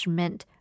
meant